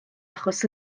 achos